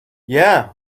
yeah